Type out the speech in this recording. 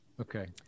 okay